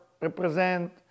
represent